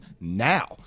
now